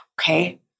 Okay